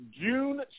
June